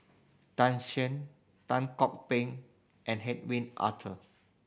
Tan Shen Tan Kok Peng and Hedwig